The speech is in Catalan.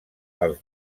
als